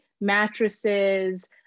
mattresses